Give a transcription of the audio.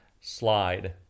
slide